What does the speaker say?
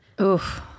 Oof